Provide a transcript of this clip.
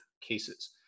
cases